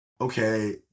okay